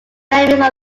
memories